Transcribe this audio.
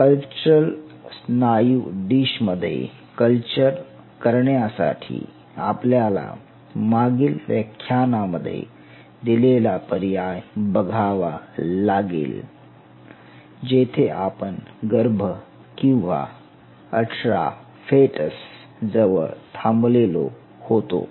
sculptural स्नायू dish मध्ये culture करण्यासाठी आपल्याला मागील व्याख्यानामध्ये दिलेला पर्याय बघावा लागेल जेथे आपण गर्भ किंवा 18 फेटस जवळ थांबलेलो होतो